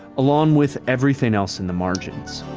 along with everything else in the margins.